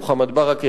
מוחמד ברכה,